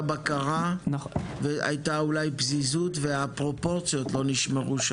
בקרה והייתה אולי פזיזות והפרופורציות לא נשמרו שם.